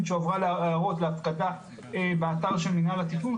שהועברה להערות להפקדה באתר של מנהל התכנון,